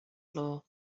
floor